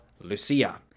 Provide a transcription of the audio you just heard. Lucia